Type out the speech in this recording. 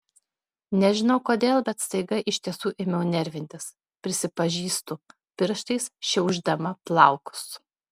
nežinau kodėl bet staiga iš tiesų ėmiau nervintis prisipažįstu pirštais šiaušdama plaukus